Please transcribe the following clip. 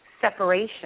separation